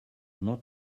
not